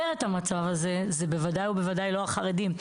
את המצב הזה זה בוודאי ובוודאי לא החרדים.